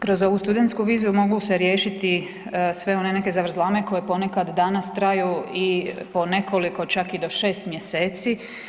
Kroz ovu studentsku vizu mogu se riješiti sve one neke zavrzlame koje ponekad danas traju i po nekoliko, čak i do 6 mjeseci.